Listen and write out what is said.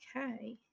Okay